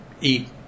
eat